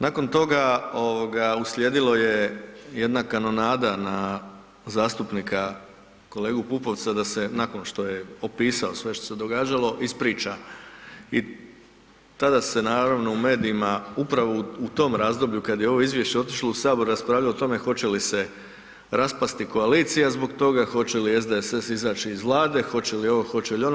Nakon toga ovoga uslijedilo je jedna kanonada na zastupnika kolegu Pupovca da se nakon što je opisao sve što se događalo, ispriča i tada se naravno u medijima, upravo u tom razdoblju kad je ovo izvješće otišlo u sabor raspravljalo o tome hoće li se raspasti koalicija zbog toga, hoće li SDSS izaći iz Vlade, hoće li ovo, hoće li ono.